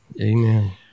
Amen